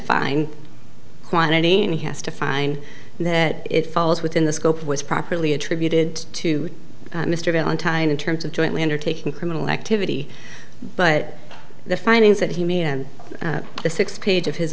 find quantity and he has to find that it falls within the scope was properly attributed to mr valentine in terms of jointly undertaking criminal activity but the findings that he made in the six page of his